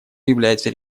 являются